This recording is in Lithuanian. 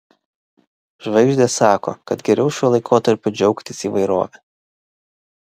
žvaigždės sako kad geriau šiuo laikotarpiu džiaugtis įvairove